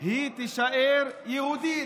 היא תישאר יהודית.